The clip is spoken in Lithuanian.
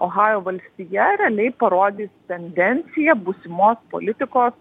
ohajo valstija realiai parodys tendenciją būsimos politikos